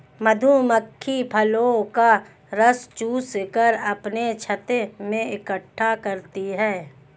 मधुमक्खी फूलों का रस चूस कर अपने छत्ते में इकट्ठा करती हैं